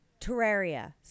Terraria